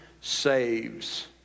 saves